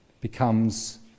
becomes